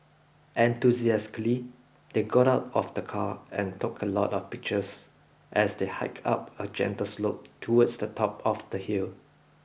enthusiastically they got out of the car and took a lot of pictures as they hiked up a gentle slope towards the top of the hill